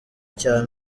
cya